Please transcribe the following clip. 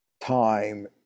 time